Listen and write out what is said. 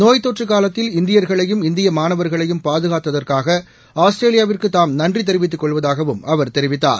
நோய்த்தொற்றுக்காலத்தில் இந்தியர்களையும் இந்திய மாணவர்களையும் பாதுனத்ததற்காக ஆஸ்திரேலியாவிற்கு தாம் நன்றி தெரிவித்துக் கொள்வதாகவும் அவர் தெரிவித்தார்